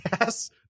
Yes